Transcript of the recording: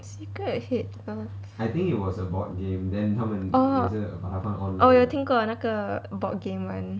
secret hitler orh 我有听过那个 board game [one]